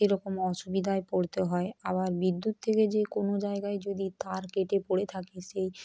সেরকম অসুবিধায় পড়তে হয় আবার বিদ্যুৎ থেকে যে কোনো জায়গায় যদি তার কেটে পড়ে থাকে সেই